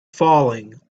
falling